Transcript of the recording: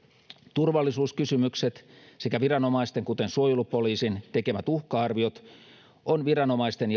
turvallisuuskysymykset sekä viranomaisten kuten suojelupoliisin tekemät uhka arviot on viranomaisten